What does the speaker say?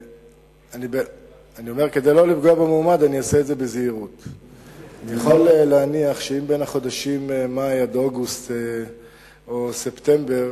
אני יכול להניח שאם בין החודשים מאי עד אוגוסט או ספטמבר